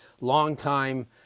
longtime